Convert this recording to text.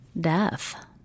death